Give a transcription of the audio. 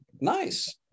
Nice